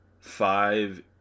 five